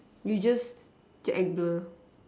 you just act blur